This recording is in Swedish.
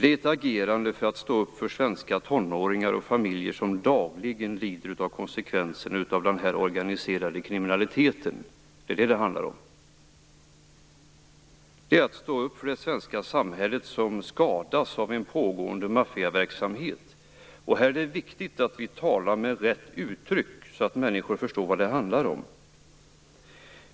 Det är ett agerande för att stå upp för svenska tonåringar och familjer som dagligen lider av konsekvenserna av den organiserade kriminaliteten. Det är vad det handlar om. Det är att stå upp för det svenska samhället, som skadas av en pågående maffiaverksamhet. Här är det viktigt att vi talar med rätt uttryck, så att människor förstår vad det handlar om.